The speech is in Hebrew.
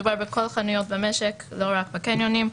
מדובר בכל החנויות במשק ולא רק בקניונים,